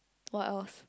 what else